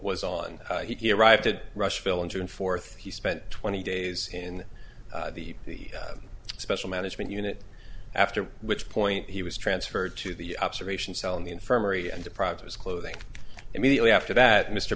was on he arrived at rushville on june fourth he spent twenty days in the special management unit after which point he was transferred to the observation cell in the infirmary and deprived was clothing immediately after that mr